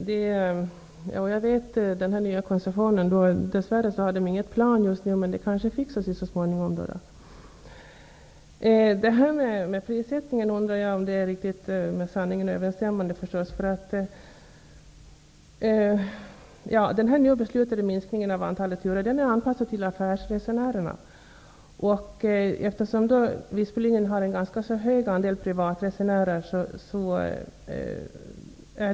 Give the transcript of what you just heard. Fru talman! Jag känner till den nya koncessionen, men dess värre har bolaget inget plan just nu. Det kanske fixar sig så småningom. Jag undrar om det här med prissättningen är riktigt med sanningen överensstämmande. Den beslutade minskningen av antalet turer är anpassad till affärsresenärerna. Men Visbylinjen har en ganska hög andel privatresenärer.